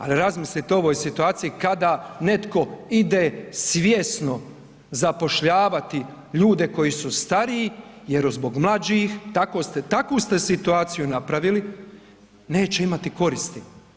Ali razmislite o ovoj situaciji kada netko ide svjesno zapošljavati ljude koji su stariji jer zbog mlađih, takvu ste situaciju napravili, neće imati koristi.